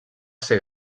ser